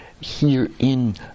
herein